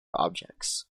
objects